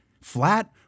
Flat